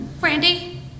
Brandy